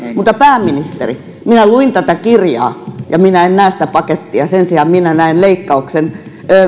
mutta pääministeri minä luin tätä kirjaa enkä minä näe sitä pakettia sen sijaan minä näen leikkauksen